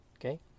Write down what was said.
Okay